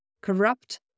corrupt